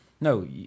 No